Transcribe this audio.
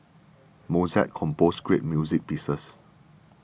Mozart composed great music pieces